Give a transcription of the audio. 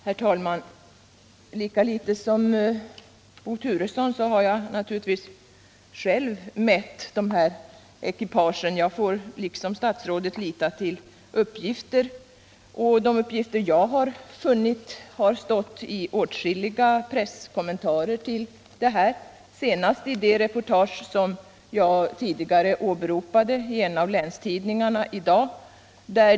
Herr talman! Lika litet som Bo Turesson har jag naturligtvis inte heller själv mätt ekipagen. Jag får liksom statsrådet lita till uppgifter. De uppgifter jag fått har stått i åtskilliga presskommentarer, senast i det reportage som jag åberopade och som stod infört i en av länstidningarna i dag.